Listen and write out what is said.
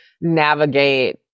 navigate